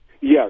Yes